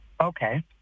okay